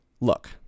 Look